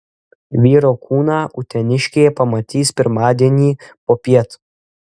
vyro kūną uteniškė pamatys pirmadienį popiet